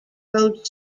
road